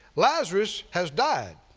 lazarus has died.